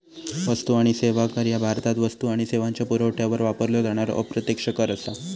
वस्तू आणि सेवा कर ह्या भारतात वस्तू आणि सेवांच्यो पुरवठ्यावर वापरलो जाणारो अप्रत्यक्ष कर असा